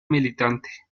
militante